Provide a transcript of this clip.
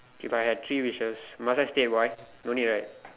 if I had three wishes must I state why don't need right